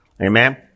Amen